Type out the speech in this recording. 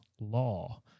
law